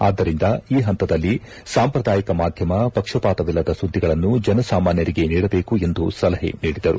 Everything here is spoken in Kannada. ಆದ್ದರಿಂದ ಈ ಪಂತದಲ್ಲಿ ಸಾಂಪ್ರದಾಯಿಕ ಮಾಧ್ಯಮ ಪಕ್ಷಪಾತವಿಲ್ಲದ ಸುದ್ದಿಗಳನ್ನು ಜನಸಾಮಾನ್ಯರಿಗೆ ನೀಡಬೇಕು ಎಂದು ಸಲಹೆ ನೀಡಿದರು